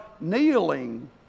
kneeling